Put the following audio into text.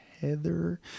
Heather